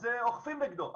אז אוכפים נגדו,